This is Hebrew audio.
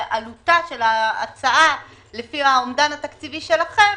ועלותה של ההצעה לפי האומדן התקציבי שלכם,